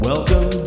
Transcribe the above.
Welcome